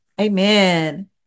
amen